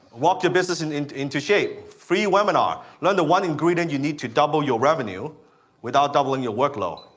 rock your business and into into shape. free webinar. learn the one ingredient you need to double your revenue without doubling your workload.